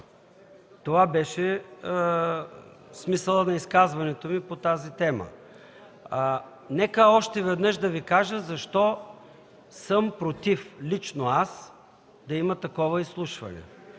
Това беше смисълът на изказването ми по тази тема. Нека още веднъж да Ви кажа защо съм против лично аз да има такова изслушване.